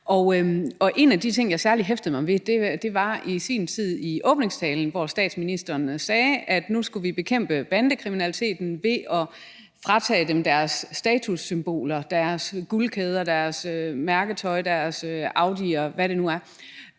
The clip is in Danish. En af de ting, jeg særlig hæftede mig ved, var det, statsministeren sagde i åbningstalen, om, at nu skulle vi bekæmpe bandekriminaliteten ved at fratage bandemedlemmer deres statussymboler, deres guldkæder, deres mærketøj, deres Audier, og hvad det nu er.